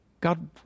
God